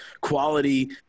quality